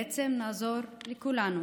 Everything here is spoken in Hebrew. בעצם נעזור לכולנו.